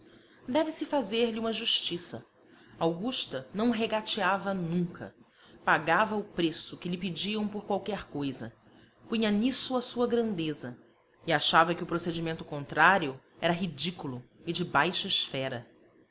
aproveitá las deve se fazer-lhe uma justiça augusta não regateava nunca pagava o preço que lhe pediam por qualquer coisa punha nisso a sua grandeza e achava que o procedimento contrário era ridículo e de baixa esfera